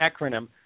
acronym